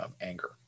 anger